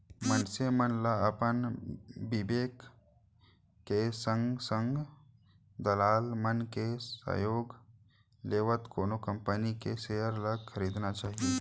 मनसे मन ल अपन बिबेक के संगे संग दलाल मन के सहयोग लेवत कोनो कंपनी के सेयर ल खरीदना चाही